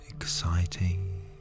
exciting